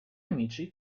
amici